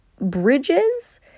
bridges